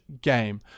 game